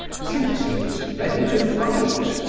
since he was ready to fight.